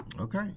Okay